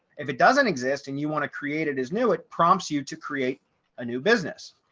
if it doesn't exist, and you want to create it as new, it prompts you to create a new business.